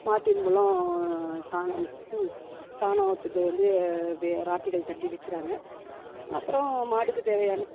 மாட்டின் மூலம் சாணம் சாணத்துக்கு வந்து விராட்டிகள் தட்டி விற்கிறாங்க அப்புறம் மாடுக்கு தேவையான